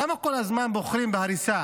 למה כל הזמן בוחרים בהריסה